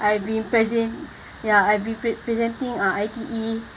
I have been present ya I've been presenting uh I_T_E